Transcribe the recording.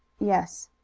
yes.